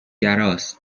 بازه